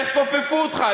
איך כופפו אותך?